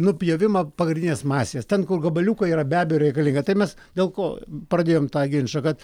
nupjovimą pagrindinės masės ten kur gabaliukai yra be abejo reikalinga tai mes dėl ko pradėjom tą ginčą kad